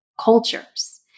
cultures